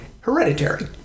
Hereditary